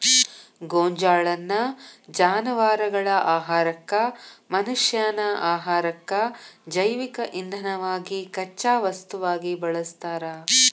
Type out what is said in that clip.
ಗೋಂಜಾಳನ್ನ ಜಾನವಾರಗಳ ಆಹಾರಕ್ಕ, ಮನಷ್ಯಾನ ಆಹಾರಕ್ಕ, ಜೈವಿಕ ಇಂಧನವಾಗಿ ಕಚ್ಚಾ ವಸ್ತುವಾಗಿ ಬಳಸ್ತಾರ